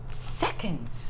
seconds